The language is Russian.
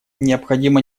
необходимо